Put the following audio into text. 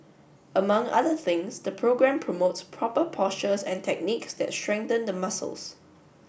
among other things the programme promotes proper postures and techniques that strengthen the muscles